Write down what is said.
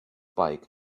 bike